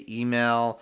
email